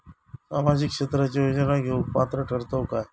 सामाजिक क्षेत्राच्या योजना घेवुक पात्र ठरतव काय?